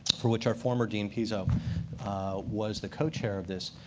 for which are former dean pizzo was the co-chair of this,